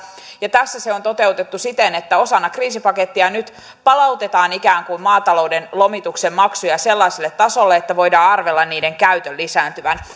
ja tässä se on toteutettu siten että osana kriisipakettia nyt palautetaan ikään kuin maatalouden lomituksen maksuja sellaiselle tasolle että voidaan arvella niiden käytön lisääntyvän